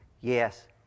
yes